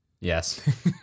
Yes